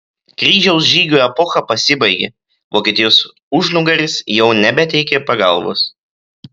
kryžiaus žygių epocha pasibaigė vokietijos užnugaris jau nebeteikė pagalbos